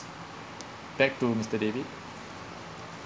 back to mister david